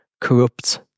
corrupt